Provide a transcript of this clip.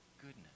goodness